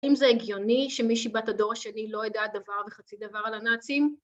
‫אם זה הגיוני שמישהי בת הדור השני ‫לא ידעה דבר וחצי דבר על הנאצים?